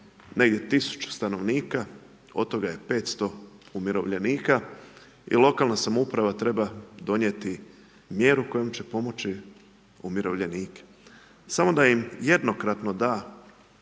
negdje 1000 stanovnika, od toga je 500 umirovljenika i lokalna samouprava treba donijeti mjeru kojom će pomoći umirovljenike. Samo da im jednokratno da